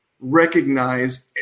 recognize